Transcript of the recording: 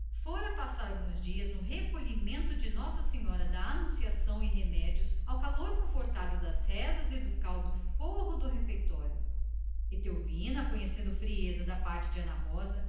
fora passar algumas semanas no recolhimento de nossa senhora da anunciação e remédios ao calor confortável das rezas e do caldo forro do refeitório eufrasinha percebendo frieza em ana rosa